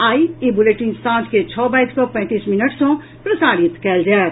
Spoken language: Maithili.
आई ई बुलेटिन सांझ के छओ बाजि कऽ पैंतीस मिनट सँ प्रसारित कयल जायत